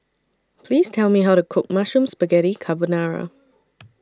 Please Tell Me How to Cook Mushroom Spaghetti Carbonara